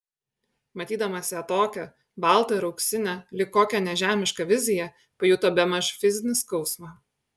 matydamas ją tokią baltą ir auksinę lyg kokią nežemišką viziją pajuto bemaž fizinį skausmą